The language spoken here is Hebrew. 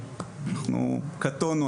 קטונתי,